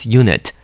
unit